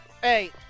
Hey